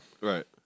Right